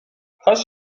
کاش